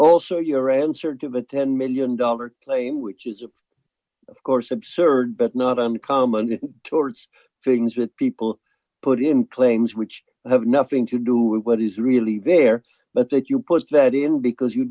also your answer to the ten million dollars claim which is of course absurd but not uncommon towards things that people put in planes which have nothing to do what is really there but that you put that in because you